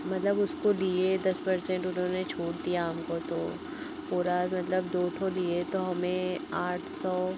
मतलब उसको लिए दस पर्सेन्ट उन्होंने छूट दिया हमको तो पूरा मतलब दो ठाे लिए तो हमें आठ सौ